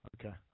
okay